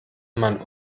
man